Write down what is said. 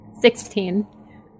Sixteen